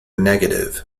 negative